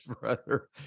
brother